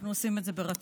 אנחנו עושים את זה ברצון.